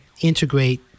integrate